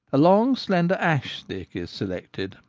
a long slender ash stick is selected,